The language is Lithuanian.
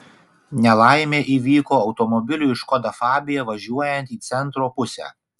nelaimė įvyko automobiliui škoda fabia važiuojant į centro pusę